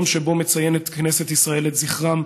היום שבו מציינת כנסת ישראל את זכרם